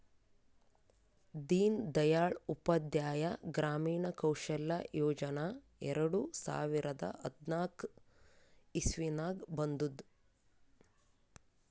ದೀನ್ ದಯಾಳ್ ಉಪಾಧ್ಯಾಯ ಗ್ರಾಮೀಣ ಕೌಶಲ್ಯ ಯೋಜನಾ ಎರಡು ಸಾವಿರದ ಹದ್ನಾಕ್ ಇಸ್ವಿನಾಗ್ ಬಂದುದ್